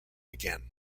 again